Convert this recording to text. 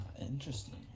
Interesting